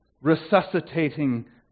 resuscitating